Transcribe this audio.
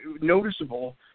noticeable